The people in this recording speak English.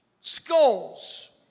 Skulls